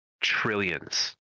trillions